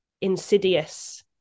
insidious